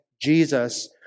Jesus